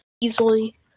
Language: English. easily